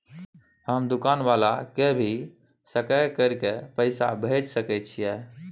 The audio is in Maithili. हम दुकान वाला के भी सकय कर के पैसा भेज सके छीयै?